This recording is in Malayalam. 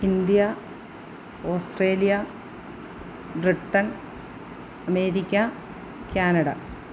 India Australia Britain America Canada